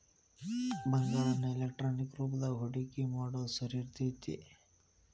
ಬಂಗಾರಾನ ಎಲೆಕ್ಟ್ರಾನಿಕ್ ರೂಪದಾಗ ಹೂಡಿಕಿ ಮಾಡೊದ್ ಸರಿ ಇರ್ತೆತಿ